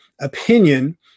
opinion